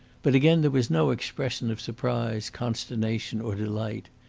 but again there was no expression of surprise, consternation, or delight.